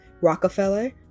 Rockefeller